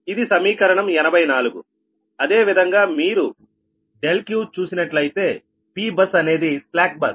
ఇది సమీకరణం 84 అదేవిధంగా మీరు Q చూసినట్లయితే P బస్ అనేది స్లాక్ బస్